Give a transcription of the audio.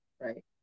Right